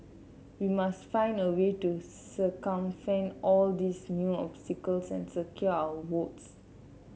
we must find a way to circumvent all these new obstacles and secure our votes